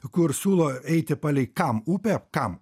kur siūlo eiti palei kam upę kam